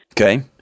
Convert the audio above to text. okay